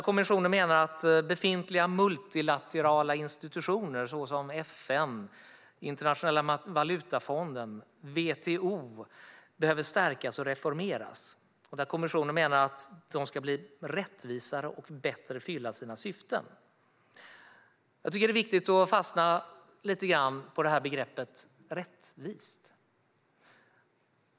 Kommissionen menar att befintliga multilaterala institutioner såsom FN, Internationella valutafonden och WTO behöver stärkas och reformeras. Kommissionen menar att de ska bli rättvisare och bättre fylla sina syften. Jag tycker att det är viktigt att fastna lite grann på begreppet "rättvist".